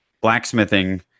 blacksmithing